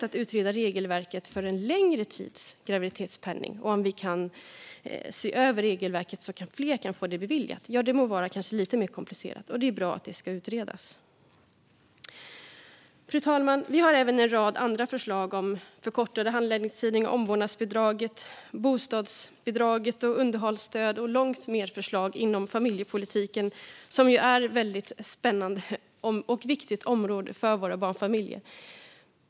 Att utreda regelverket för beviljande av en längre tids graviditetspenning och att se över regelverket så att fler kan få det beviljat må kanske vara lite mer komplicerat. Det är bra att det ska utredas. Fru talman! Vi har en rad andra förslag om förkortade handläggningstider, omvårdnadsbidrag, bostadsbidrag och underhållsstöd samt långt fler förslag inom familjepolitiken. Det är ett väldigt spännande och viktigt område för våra barnfamiljer.